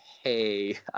hey